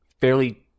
Fairly